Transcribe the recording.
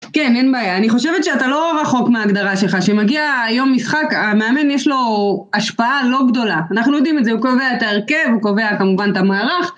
כן, אין בעיה. אני חושבת שאתה לא רחוק מההגדרה שלך. כשמגיע היום משחק, המאמן יש לו השפעה לא גדולה. אנחנו יודעים את זה, הוא קובע את ההרכב, הוא קובע כמובן את המערך